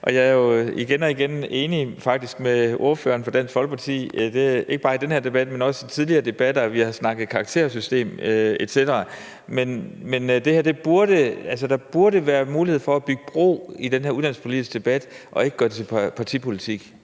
og jeg er jo igen og igen faktisk enig med ordføreren for Dansk Folkeparti, ikke bare i den her debat, men også i tidligere debatter, når vi har snakket karaktersystem etc. Altså, der burde være mulighed for at bygge bro i den her uddannelsespolitiske debat – og ikke gøre det partipolitik.